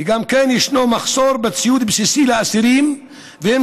וישנו גם מחסור בציוד בסיסי לאסירים והם